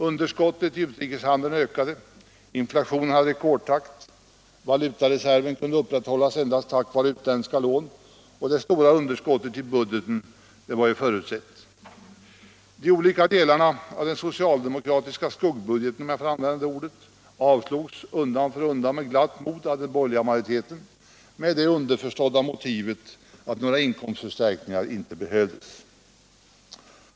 Underskottet i utrikeshandeln ökade, inflationen hade rekordtakt, valutareserven kunde upprätthållas endast tack vare utländska lån och det stora underskottet i budgeten var ju förutsett. De olika delarna av den socialdemokratiska skuggbudgeten — låt mig använda det ordet — avslogs undan för undan med glatt mod av den borgerliga majoriteten, med det underförstådda motivet att några inkomstförstärkningar inte behövdes.